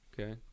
Okay